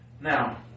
Now